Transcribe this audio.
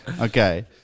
Okay